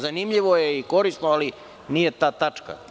Zanimljivo je i korisno, ali nije ta tačka.